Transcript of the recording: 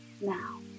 now